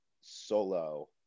solo